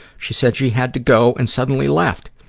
she said she had to go and suddenly left.